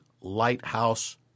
Lighthouse